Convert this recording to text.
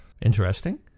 interesting